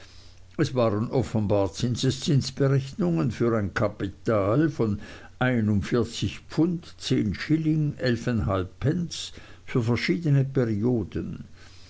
es waren offenbar zinseszinsberechnungen für ein kapital von ein schillingen für verschiedene perioden